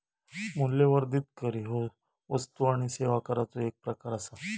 मूल्यवर्धित कर ह्यो वस्तू आणि सेवा कराचो एक प्रकार आसा